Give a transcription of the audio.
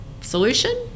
solution